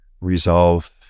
resolve